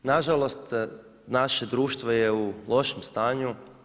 Na žalost, naše društvo je u lošem stanju.